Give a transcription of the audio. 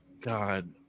God